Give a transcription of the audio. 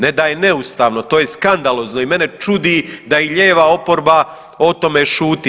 Ne da je neustavno to je skandalozno i mene čudi da i lijeva oporba o tome šuti.